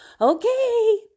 Okay